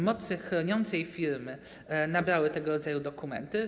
Mocy chroniącej firmy nabrały tego rodzaju dokumenty.